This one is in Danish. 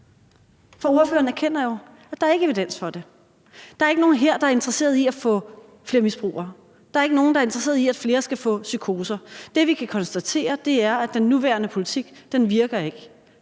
For ordføreren erkender jo, at der ikke er evidens for det. Der er ikke nogen her, der er interesserede i at få flere misbrugere. Der er ikke nogen, der er interesserede i, at flere skal få psykoser. Det, vi kan konstatere, er, at den nuværende politik ikke virker.